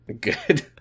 Good